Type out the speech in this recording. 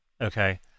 Okay